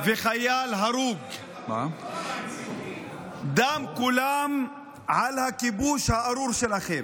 וחייל הרוג, דם כולם על הכיבוש הארור שלכם.